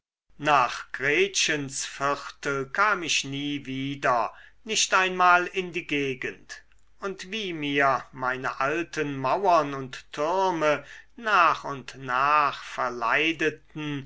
nach gretchens viertel kam ich nie wieder nicht einmal in die gegend und wie mir meine alten mauern und türme nach und nach verleideten